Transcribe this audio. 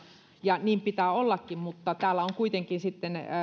ja niin pitää ollakin mutta täällä on sitten kuitenkin